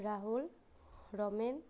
Rahul Ramen